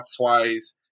twice